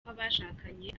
kw’abashakanye